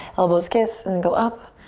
elbows kiss and go up,